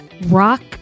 rock